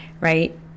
right